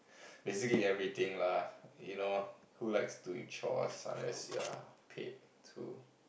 basically everything lah you know who likes doing chores unless you are paid to